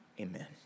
Amen